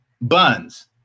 Buns